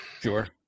Sure